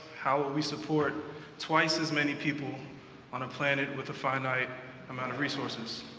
how will we support twice as many people on a planet with a finite amount of resources?